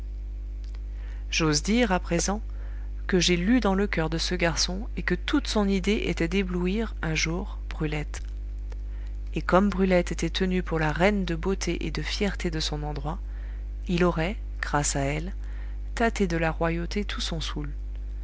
j'ose dire à présent que j'ai lu dans le coeur de ce garçon et que toute son idée était d'éblouir un jour brulette et comme brulette était tenue pour la reine de beauté et de fierté de son endroit il aurait grâce à elle tâté de la royauté tout son soûl